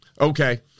Okay